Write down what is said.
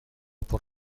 por